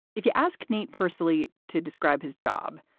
if you ask me personally to describe his job,